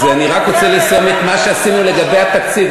אז אני רק רוצה לסיים את מה שעשינו לגבי התקציב,